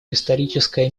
историческая